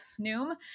Noom